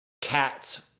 cats